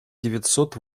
девятьсот